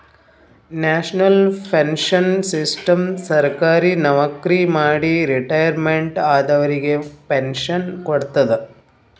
national pension system ಸರ್ಕಾರಿ ನವಕ್ರಿ ಮಾಡಿ ರಿಟೈರ್ಮೆಂಟ್ ಆದವರಿಗ್ ಪೆನ್ಶನ್ ಕೊಡ್ತದ್